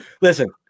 listen